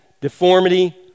deformity